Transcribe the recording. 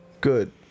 good